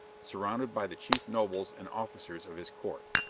surrounded by the chief nobles and officers of his court.